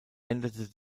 änderte